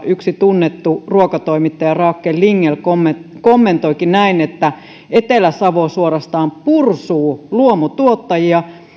yksi tunnettu ruokatoimittaja raakel lignell kommentoikin kommentoikin näin etelä savo suorastaan pursuaa luomutuottajia